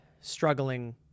struggling